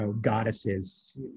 goddesses